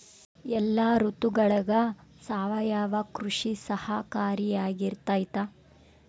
ಎಲ್ಲ ಋತುಗಳಗ ಸಾವಯವ ಕೃಷಿ ಸಹಕಾರಿಯಾಗಿರ್ತೈತಾ?